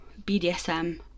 BDSM